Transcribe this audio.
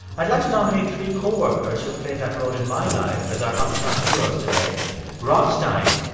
i'd like to nominate three co-workers who have played that role in my life as our unsung heroes today rob stein,